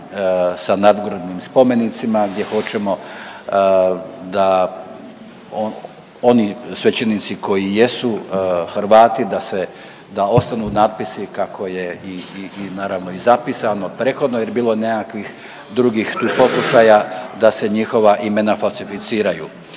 sa nadgrobnim spomenicima gdje hoćemo da oni svećenici koji jesu Hrvati da ostanu natpisi kako je i, i, i naravno i zapisano prethodno jer je bilo nekakvih drugih tu pokušaja da se njihova imena falsificiraju.